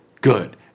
Good